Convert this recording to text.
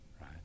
Right